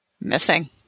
Missing